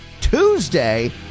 Tuesday